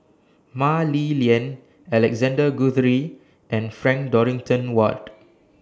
Mah Li Lian Alexander Guthrie and Frank Dorrington Ward